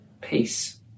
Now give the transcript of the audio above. peace